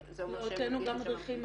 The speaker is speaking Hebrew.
אבל זה אומר שהם -- לא, הוצאנו גם מדריכים.